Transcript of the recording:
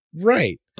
Right